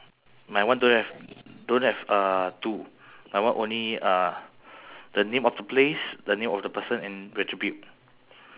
so the sign got problem so now we have a total of one two three four five six seven eight